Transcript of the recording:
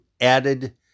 added